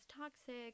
toxic